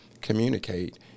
communicate